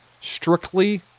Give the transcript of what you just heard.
Strictly